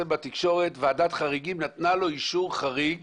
ועדת חריגים נתנה לו אישור חריג